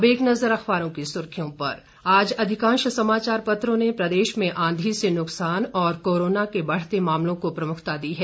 अब एक नजर अखबारों की सुर्खियों पर आज अधिकांश समाचार पत्रों ने प्रदेश में आंधी से नुकसान और कोरोना के बढ़ते मामले को प्रमुखता दी है